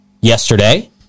yesterday